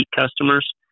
customers